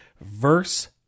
verse